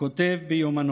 כותב ביומנו